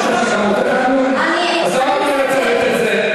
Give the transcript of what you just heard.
אני אגיד לך, כי אתה מתרפס.